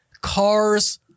cars